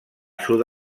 sud